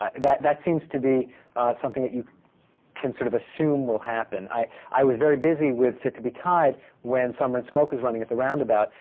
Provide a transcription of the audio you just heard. ah that that seems to be something that you can sort of assume will happen. i i was very busy with fit to be tied when summer and smoke was running at the roundabout.